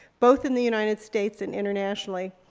both in the united states and internationally.